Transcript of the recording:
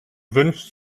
wünscht